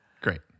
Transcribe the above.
Great